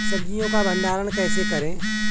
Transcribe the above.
सब्जियों का भंडारण कैसे करें?